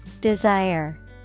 Desire